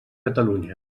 catalunya